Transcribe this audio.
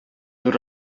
зур